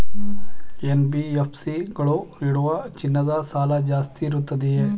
NBFC ಗಳು ನೀಡುವ ಚಿನ್ನದ ಸಾಲ ಜಾಸ್ತಿ ಇರುತ್ತದೆಯೇ?